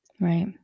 Right